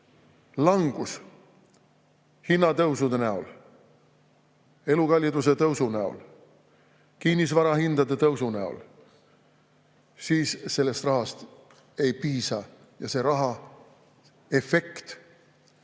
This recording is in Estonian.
langus hinnatõusude näol, elukalliduse tõusu näol, kinnisvarahindade tõusu näol, siis sellest rahast ei piisa ja selle raha efekt